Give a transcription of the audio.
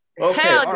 Okay